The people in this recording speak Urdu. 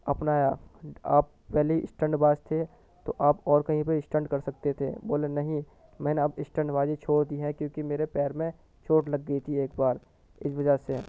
اپنایا آپ پہلے اسٹنٹ باز تھے تو آپ اور کہیں پہ اسٹنٹ کر سکتے تھے بولے نہیں میں نے اب اسٹنٹ بازی چھوڑ دی ہے کیونکہ میرے پیر میں چوٹ لگ گئی تھی ایک بار اس وجہ سے